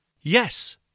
Yes